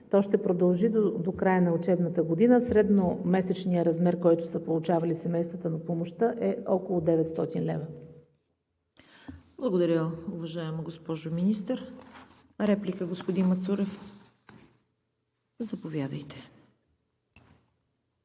Той ще продължи до края на учебната година. Средномесечният размер, който са получавали семействата на помощта, е около 900 лв. ПРЕДСЕДАТЕЛ ЦВЕТА КАРАЯНЧЕВА: Благодаря, уважаема госпожо Министър. Реплика, господин Мацурев? Заповядайте.